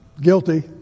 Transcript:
Guilty